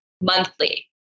monthly